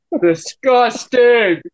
Disgusting